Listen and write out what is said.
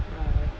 oh